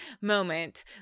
moment